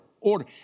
order